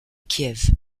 kiev